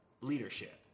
leadership